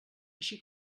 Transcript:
així